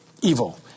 evil